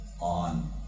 on